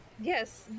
yes